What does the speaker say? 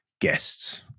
guests